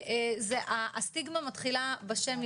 הסטיגמה מתחילה בשם,